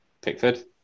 Pickford